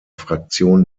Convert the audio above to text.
fraktion